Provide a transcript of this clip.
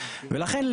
ולכן,